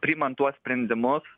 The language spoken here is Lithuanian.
priimant tuos sprendimus